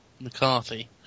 McCarthy